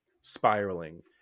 spiraling